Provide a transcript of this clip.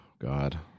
God